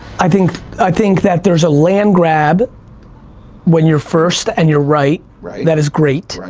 i think i think that there's a land grab when you're first and you're right right that is great.